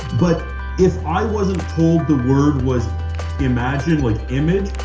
but if i wasn't told the word was imagine, like image,